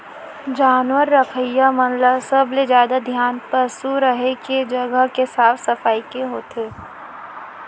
जानवर रखइया मन ल सबले जादा धियान पसु रहें के जघा के साफ सफई के होथे